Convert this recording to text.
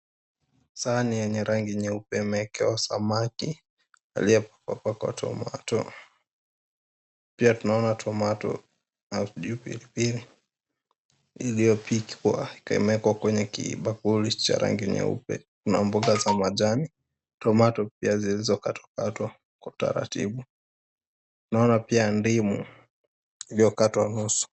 Sahani yenye rangi nyeupe imewekewa samaki aliyepakwa tomato pia tunaona tomato ama sijui pilipili iliyopikwa na kuwekewa kwenye kibakuli chenye rangi nyeupe kuna mboga za majani, tomato pia zilizokatwakatwa kwa utaratibu, naona pia ndimu iliyokatwa nusu.